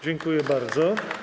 Dziękuję bardzo.